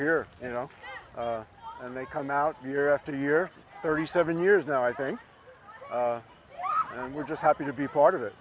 here you know and they come out year after year thirty seven years now rising and we're just happy to be part of it